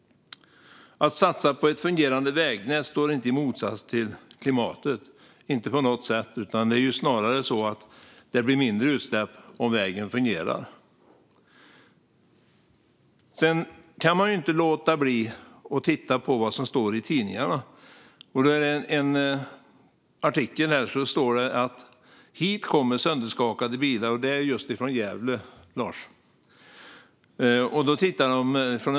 Att satsa på ett fungerande vägnät står inte i motsats till klimatet, utan snarare blir det mindre utsläpp om vägen fungerar. Man kan inte låta bli att titta på vad som står i tidningarna. I en artikel står det att det kommer in sönderskakade bilar - just från Gävle, Lars Beckman.